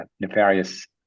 nefarious